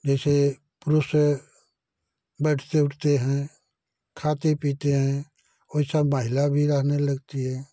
जैसे पुरुष से बैठते उठते हैं खाते पीते हैं वैसे महिलाएं भी रहने लगती हैं